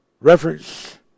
reference